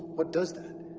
what does that?